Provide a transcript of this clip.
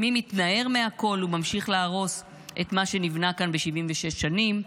מי מתנער מהכול וממשיך להרוס את מה שנבנה כאן ב-76 שנים?